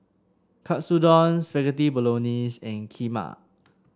Katsudon Spaghetti Bolognese and Kheema